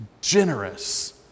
generous